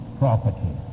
property